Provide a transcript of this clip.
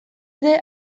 ere